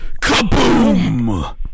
Kaboom